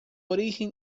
origen